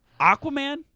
aquaman